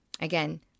Again